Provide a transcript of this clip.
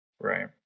Right